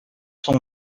son